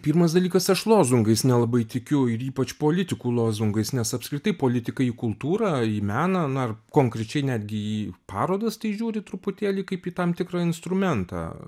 pirmas dalykas aš lozungais nelabai tikiu ir ypač politikų lozungais nes apskritai politikai į kultūrą į meną na ir konkrečiai netgi į parodas tai žiūri truputėlį kaip į tam tikrą instrumentą